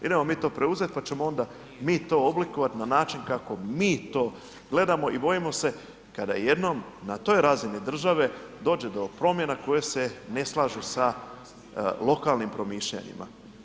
Idemo mi to preuzeti pa ćemo onda mi to oblikovati na način kako mi to gledamo i bojimo se kada jednom na toj razini države dođe do promjena koje se ne slažu sa lokalnim promišljanima.